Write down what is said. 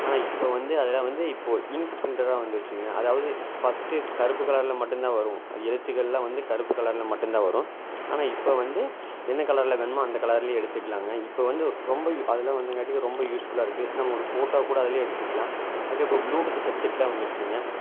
ஆனால் இப்போ வந்து அதெலாம் வந்து இப்போது இங்க் ப்ரிண்டராக வந்திருச்சுங்க அதாவது ஃபஸ்ட்டு கருப்பு கலர்ல மட்டுந்தான் வரும் எழுத்துக்கள்லாம் வந்து கருப்பு கலர்ல மட்டுந்தான் வரும் ஆனால் இப்போ வந்து என்ன கலர்ல வேணும்மோ அந்த கலர்ல எடுத்துக்கலாங்க இப்போ வந்து ரொம்ப யூ அதெல்லாம் வந்தங்காட்டிக்கு ரொம்ப யூஸ்ஃபுல்லாக இருக்குது நம்ம ஒரு ஃபோட்டோ கூட அதிலயே எடுத்துக்கலாம் அதுக்கப்புறம் ப்ளூடூத் ஹெட்செட்லாம் வந்திருச்சுங்க